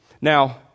Now